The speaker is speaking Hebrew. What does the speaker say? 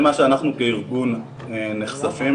למה שאנחנו כארגון נחשפים,